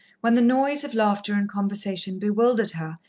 when the noise of laughter and conversation bewildered her,